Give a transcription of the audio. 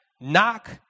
Knock